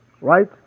right